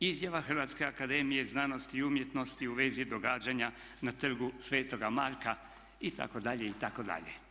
Izjava Hrvatske akademije znanosti i umjetnosti u vezi događanja na trgu Sv. Marka itd. itd.